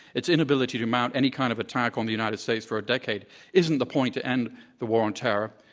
its inability to mount any kind of attack on the united states for a decade isn't the point to end the war on terror,